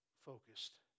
focused